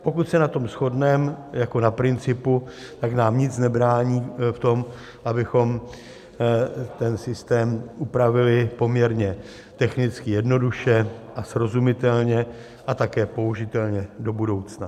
Pokud se na tom shodneme jako na principu, tak nám nic nebrání v tom, abychom systém upravili poměrně technicky jednoduše, srozumitelně a také použitelně do budoucna.